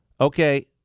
Okay